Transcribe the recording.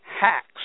hacks